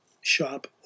shop